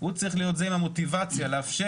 הוא צריך להיות זה עם המוטיבציה לאפשר